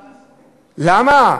למה?